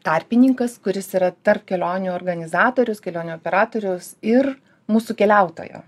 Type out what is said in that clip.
tarpininkas kuris yra tarp kelionių organizatorius kelionių operatorius ir mūsų keliautojo